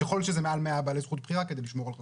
ככל שזה מעל 100 בעלי זכות בחירה כדי לשמור על חשאיות.